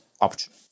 option